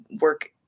work